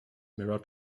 mirror